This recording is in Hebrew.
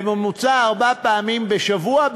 בממוצע ארבע פעמים בשבוע,